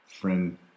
friend